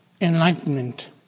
enlightenment